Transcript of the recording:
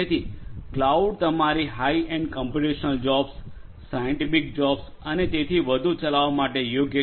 તેથી ક્લાઉડ તમારી high end computational jobs scientific jobs અને તેથી વધુ ચલાવવા માટે યોગ્ય છે